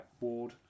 Ward